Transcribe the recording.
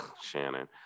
shannon